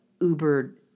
uber